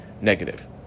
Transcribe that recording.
negative